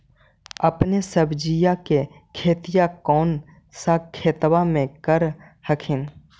अपने सब्जिया के खेतिया कौन सा खेतबा मे कर हखिन?